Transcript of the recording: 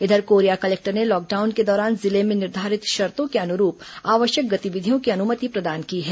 इधर कोरिया कलेक्टर ने लॉकडाउन के दौरान जिले में निर्धारित शर्तो के अनुरूप आवश्यक गतिविधियों की अनुमति प्रदान की है